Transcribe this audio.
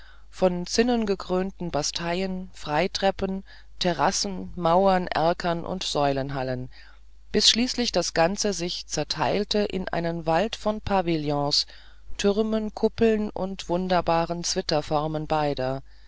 von zinnengekrönten basteien freitreppen terrassen mauern erkern und säulenhallen bis schließlich das ganze sich zerteilte in einen wald von pavillons türmen kuppeln und wunderbaren zwitterformen beider